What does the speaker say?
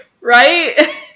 Right